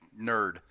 nerd